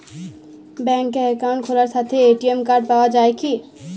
ব্যাঙ্কে অ্যাকাউন্ট খোলার সাথেই এ.টি.এম কার্ড পাওয়া যায় কি?